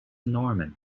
norman